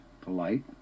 polite